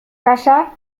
kasa